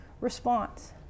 response